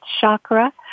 chakra